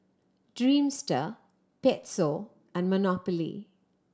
Dreamster Pezzo and Monopoly